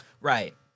Right